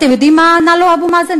אתם יודעים מה ענה לו אבו מאזן?